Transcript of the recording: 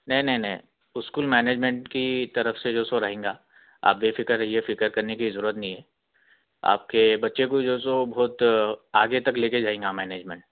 نے نے نے اسکول مینجمینٹ کی طرف سے جو سو رہیں گا آپ بے فکر رہیے فکر کرنے کی ضرورت نہیں ہے آپ کے بچے کو جو سو بہت آگے تک لے کے جائیں گا مینجمینٹ